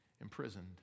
imprisoned